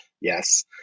Yes